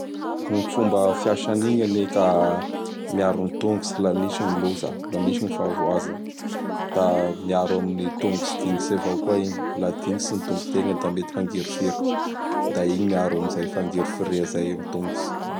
Gny fomba fiasan'igny anie ka miaro gny tongotsy laha misy gny loza. Laha misy gny fahavoaza; da miaro amin' gny tongotsy dignitsy avao koa igny. Laha dignitsy gny tongotegna da mety ahangirifiry; da igny miaro amin'izay fangirifiria zay amin' gny tongotsy.